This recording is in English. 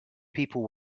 people